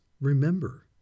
remember